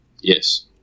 Yes